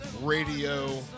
radio